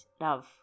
love